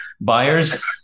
buyers